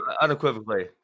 unequivocally